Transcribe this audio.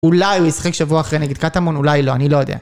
אולי הוא ישחק שבוע אחרי נגיד קטמון, אולי לא, אני לא יודע.